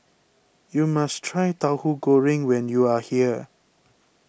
you must try Tahu Goreng when you are here